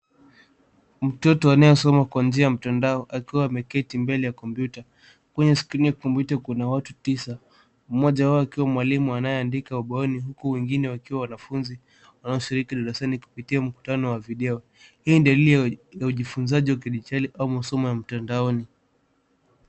Mtoto anayesoma kwa njia ya mtandao akiwa ameketi mbele ya kompyuta. Kwenye skrini ya kompyuta kuna watu tisa, mmoja wao akiwa mwalimu anayeandika ubaoni, huku wengine wakiwa wanafunzi wanaoshiriki darasani kupitia mkutano wa video. Hii ni dalili ya ujifunzaji wa kidigitali au msomo wa mtandaoni.